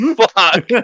fuck